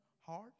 heart